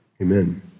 Amen